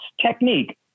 technique